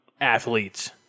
athletes